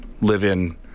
live-in